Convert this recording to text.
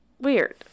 weird